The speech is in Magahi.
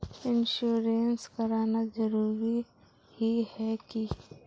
इंश्योरेंस कराना जरूरी ही है की?